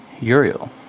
Uriel